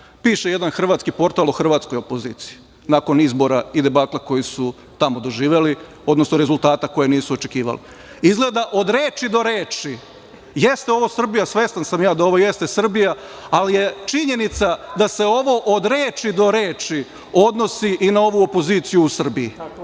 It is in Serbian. Piše jedan hrvatski portal o hrvatskoj opoziciji, nakon izbora i debakla koji su tamo doživeli, odnosno rezultata koje nisu očekivali. Izgleda od reči do reči, jeste ovo Srbija, svestan sam ja da ovo jeste Srbija, ali je činjenica da se ovo od reči do reči odnosi i na ovu opoziciju u Srbiji,